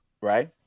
Right